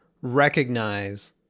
recognize